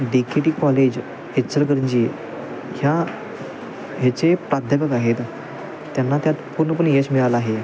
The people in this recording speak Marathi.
D K T college Ichalkaranji ह्या ह्याचे प्राध्यापक आहेत त्यांना त्यात पूर्णपणे यश मिळालं आहे